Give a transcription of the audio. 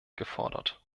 gefordert